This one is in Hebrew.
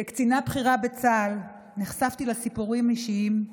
כקצינה בכירה בצה"ל נחשפתי לסיפורים אישיים,